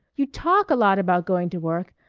you talk a lot about going to work.